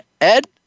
Ed